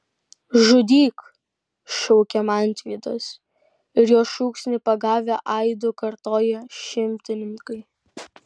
žudyk šaukia mantvydas ir jo šūksnį pagavę aidu kartoja šimtininkai